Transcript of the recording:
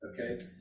okay